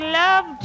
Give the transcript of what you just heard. love